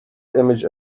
image